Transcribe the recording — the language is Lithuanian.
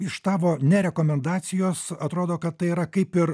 iš tavo ne rekomendacijos atrodo kad tai yra kaip ir